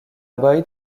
boyd